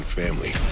family